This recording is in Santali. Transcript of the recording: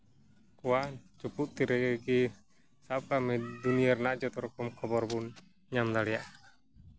ᱠᱚᱣᱟᱜ ᱪᱩᱯᱩᱫ ᱛᱤ ᱨᱮᱜᱮ ᱥᱟᱵ ᱠᱟᱜᱼᱢᱮ ᱫᱩᱱᱤᱭᱟᱹ ᱨᱮᱱᱟᱜ ᱡᱷᱚᱛᱚ ᱨᱚᱠᱚᱢ ᱠᱷᱚᱵᱚᱨ ᱵᱚᱱ ᱧᱟᱢ ᱫᱟᱲᱮᱭᱟᱜ ᱠᱟᱱᱟ